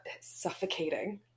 suffocating